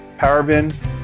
PowerBin